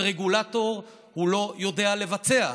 ורגולטור לא יודע לבצע.